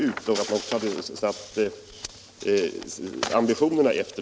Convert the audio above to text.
Ambitionerna har ju anpassats därefter.